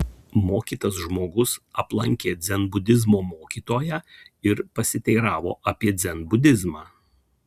mokytas žmogus aplankė dzenbudizmo mokytoją ir pasiteiravo apie dzenbudizmą